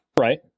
right